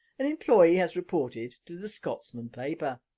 an employee has reported to the scotsman paper.